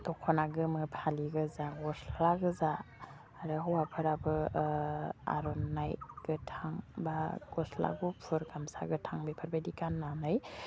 दख'ना गोमो फालि गोजा गस्ला गोजा आरो हौवाफोराबो आर'नाइ गोथां बा गस्ला गुफुर गामसा गोथां बेफोरबायदि गान्नानै